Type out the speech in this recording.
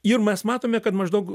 ir mes matome kad maždaug